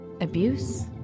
abuse